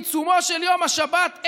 בעיצומו של יום השבת.